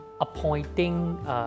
appointing